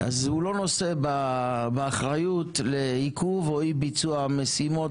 אז הוא לא נושא באחריות לעיכוב או אי ביצוע המשימות